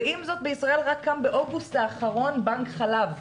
ועם זאת בישראל רק קם באוגוסט האחרון בנק חלב,